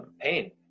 pain